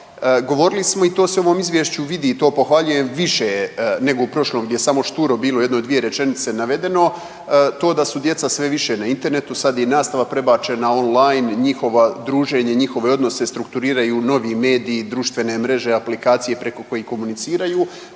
Govorili smo i to se u ovom Izvješću vidi, to pohvaljujem više je nego u prošlom gdje je samo šturo bilo u jedno dvije rečenice navedeno, to da su djeca sve više na Internetu. Sad je i nastava prebačena on-line, njihovo druženje, njihove odnose strukturiraju novi mediji, društvene mreže, aplikacije preko kojih komuniciraju.